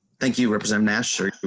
thank you represent nasher